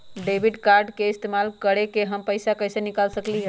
Debit card के इस्तेमाल करके हम पैईसा कईसे निकाल सकलि ह?